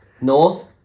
north